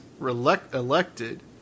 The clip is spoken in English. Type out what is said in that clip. elected